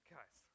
Guys